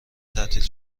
تعطیل